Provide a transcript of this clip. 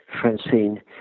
Francine